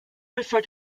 refer